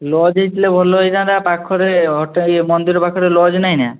lodge ହୋଇଥିଲେ ଭଲ ହୋଇଥାନ୍ତା ପାଖରେ ହୋଟେ ୟେ ମନ୍ଦିର ପାଖରେ ଲଜ୍ ନାହିଁନା